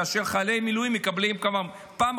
כאשר חיילי מילואים מקבלים צו גיוס בפעם